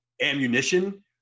ammunition